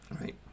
right